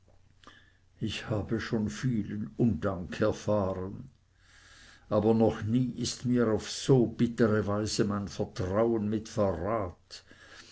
ich habe schon vielen undank erfahren aber noch nie ist mir auf so bittere weise mein vertrauen mit verrat